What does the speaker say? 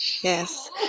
Yes